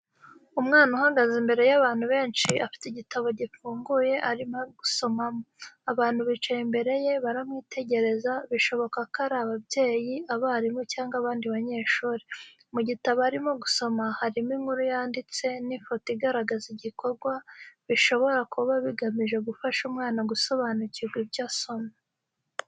Umwana uhagaze imbere y’abantu benshi, afite igitabo gifunguye arimo gusomamo. Abantu bicaye imbere ye baramwitegereza bishoboka ko ari ababyeyi, abarimu, cyangwa abandi banyeshuri. Mu gitabo arimo gusoma harimo inkuru yanditse n'ifoto igaragaza igikorwa, bishobora kuba bigamije gufasha umwana gusobanukirwa ibyo asoma.